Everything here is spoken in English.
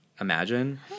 imagine